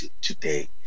today